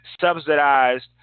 subsidized